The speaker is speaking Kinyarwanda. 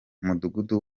mudugudu